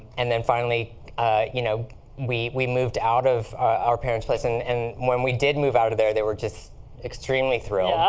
and then finally ah you know we we moved out of our parents' place. and and when we did move out of there, they were just extremely thrilled,